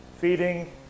feeding